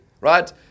right